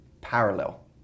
parallel